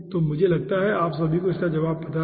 तो मुझे लगता है कि आप सभी को इसका जवाब पता है